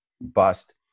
bust